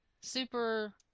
Super